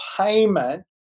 payment